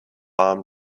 palm